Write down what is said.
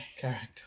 character